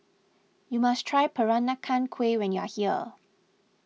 you must try Peranakan Kueh when you are here